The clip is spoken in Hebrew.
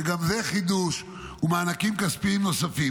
שגם זה חידוש, ומענקים כספיים נוספים.